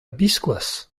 biskoazh